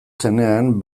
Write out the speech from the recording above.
zenean